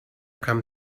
come